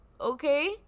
Okay